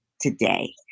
today